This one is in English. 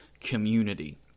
community